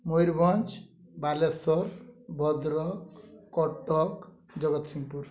Mayurbhanj Baleswar Bhadrak Cuttack Jagatsinghpur